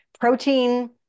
Protein